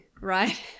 right